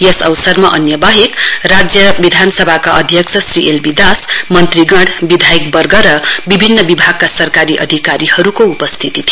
यस अवसरमा अन्य बाहेक राज्य विधानसभाका अध्यक्ष श्री एलबी दास मन्त्रीगण विधायकगण र विभिनन विभागका सरकारी अधिकारीहरूको उपस्थिति थियो